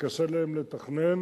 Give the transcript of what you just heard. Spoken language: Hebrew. וקשה להם לתכנן.